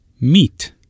Meat